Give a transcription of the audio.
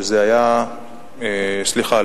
סליחה,